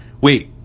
Wait